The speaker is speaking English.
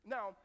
Now